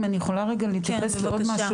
אם אני יכולה רגע להתייחס לעוד משהו